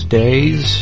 days